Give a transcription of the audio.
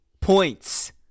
points